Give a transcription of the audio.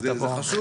זה חשוב.